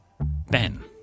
Ben